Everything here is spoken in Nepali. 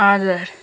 हजुर